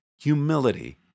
humility